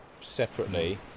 separately